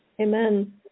Amen